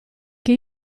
che